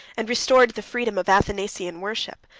and restored the freedom of athanasian worship,